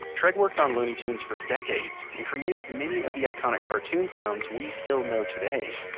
treg worked on looney tunes for decades and created many of the iconic cartoon sounds we still know today.